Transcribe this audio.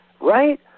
right